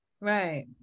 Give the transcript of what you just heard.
Right